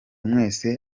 mwese